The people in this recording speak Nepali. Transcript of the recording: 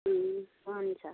ए हुन्छ